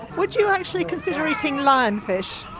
would you actually consider eating lionfish?